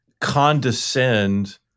condescend